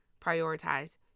prioritize